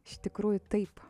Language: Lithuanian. iš tikrųjų taip